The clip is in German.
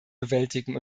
bewältigen